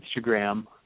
Instagram